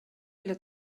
эле